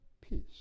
peace